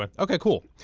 like okay, cool.